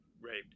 raped